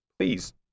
Please